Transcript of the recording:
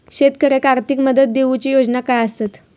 शेतकऱ्याक आर्थिक मदत देऊची योजना काय आसत?